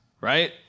right